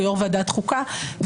כיו"ר ועדת החוקה,